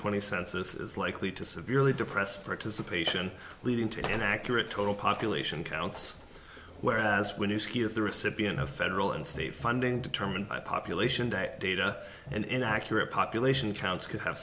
twenty census is likely to severely depressed participation leading to an accurate total population count whereas when you ski is the recipient of federal and state funding determined by population day data and inaccurate population counts could have